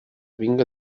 vinga